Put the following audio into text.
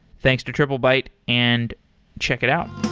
thanks to triplebyte, and check it out.